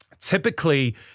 typically